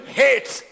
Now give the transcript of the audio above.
hates